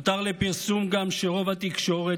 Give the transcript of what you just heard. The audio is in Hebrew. הותר לפרסום גם שרוב התקשורת,